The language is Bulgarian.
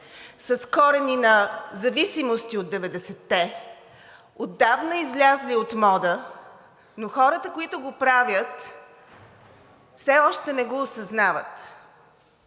с корени на зависимости от 90-те, отдавна излезли от мода, но хората, които го правят, все още не го осъзнават.